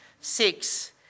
Six